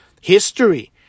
history